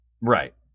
Right